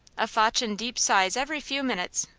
a-fotchin' deep sighs every few minutes.